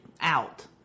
out